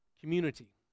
community